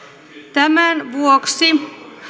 tämän vuoksi